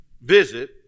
visit